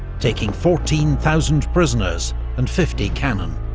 taking fourteen thousand prisoners and fifty cannon.